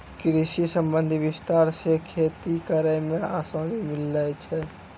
कृषि संबंधी विस्तार से खेती करै मे आसानी मिल्लै छै